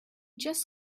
just